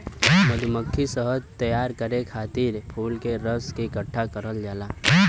मधुमक्खी शहद तैयार करे खातिर फूल के रस के इकठ्ठा करल जाला